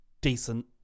decent